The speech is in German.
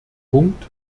punkt